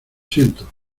siento